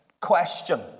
question